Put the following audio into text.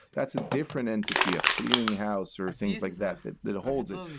that's a different entity, a clearinghouse or things like that that that holds it.